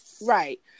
Right